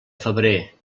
febrer